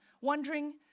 wondering